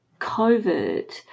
COVID